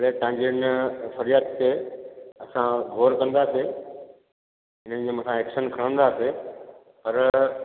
भले तव्हांजी अञा वरी हफ़्ते असां गोर कंदासीं उन्हनि जे मथां एक्शन खणंदासीं पर